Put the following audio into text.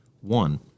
One